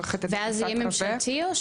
ואז זה יהיה ממשלתי או שלא?